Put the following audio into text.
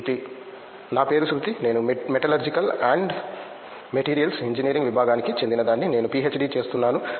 శ్రుతి నా పేరు శ్రుతి నేను మెటలర్జికల్ అండ్ మెటీరియల్స్ ఇంజనీరింగ్ విభాగానికి చెందినదాన్ని నేను పిహెచ్డి చేస్తున్నాను